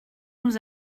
nous